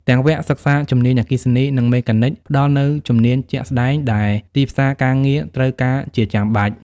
ទាំងវគ្គសិក្សាជំនាញអគ្គិសនី និងមេកានិក ផ្តល់នូវជំនាញជាក់ស្តែងដែលទីផ្សារការងារត្រូវការជាចាំបាច់។